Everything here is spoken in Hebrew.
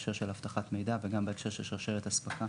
אבטחת מידע וגם בהקשר של שרשרת אספקה.